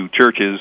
churches